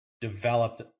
developed